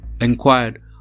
inquired